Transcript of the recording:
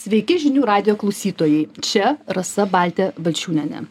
sveiki žinių radijo klausytojai čia rasa baltė balčiūnienė